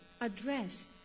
address